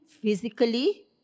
physically